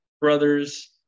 brothers